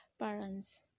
parents